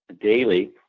daily